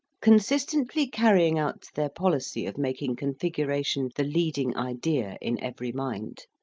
consistently carrying out their policy of making configuration the lead ing idea in every mind,